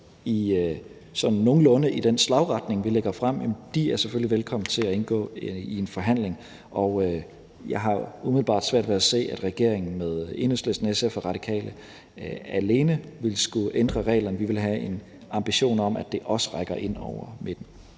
sådan nogenlunde i det, altså i den retning, vi fremlægger, er selvfølgelig velkomne til at indgå i en forhandling. Jeg har umiddelbart svært ved at se, at regeringen med Enhedslisten, SF og Radikale alene vil skulle ændre reglerne. Vi vil have en ambition om, at det også rækker ind over midten.